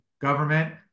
government